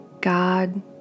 God